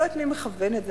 לא יודעת מי מכוון את זה,